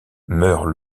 meurt